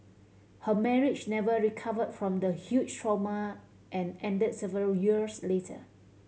her marriage never recover from the huge trauma and ended several years later